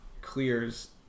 clears